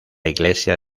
iglesia